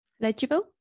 legible